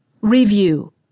Review